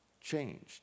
changed